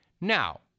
Now